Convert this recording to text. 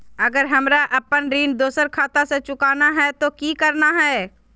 अगर हमरा अपन ऋण दोसर खाता से चुकाना है तो कि करना है?